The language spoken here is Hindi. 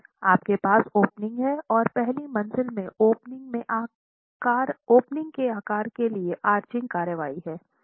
आपके पास ओपनिंग है और पहली मंज़िल में ओपनिंग के आकार के लिए आर्चिंग कार्रवाई है